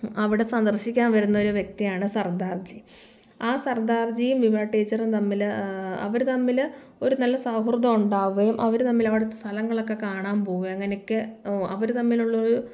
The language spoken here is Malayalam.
അവിടെ സന്ദർശിക്കാൻ വരുന്നൊരു വ്യക്തിയാണ് സർദാർജി ആ സർദാർജിയും വിമല ടീച്ചറും തമ്മിൽ അവർ തമ്മിൽ ഒരു നല്ല സൗഹൃദം ഉണ്ടാവുകയും അവർ തമ്മിൽ അവിടുത്തെ സ്ഥലങ്ങളൊക്കെ കാണാൻ പോവുകയും അങ്ങനെയൊക്കെ അവർ തമ്മിലുള്ളൊരു